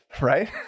right